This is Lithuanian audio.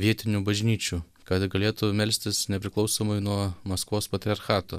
vietinių bažnyčių kad galėtų melstis nepriklausomai nuo maskvos patriarchato